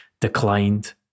declined